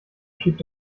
schiebt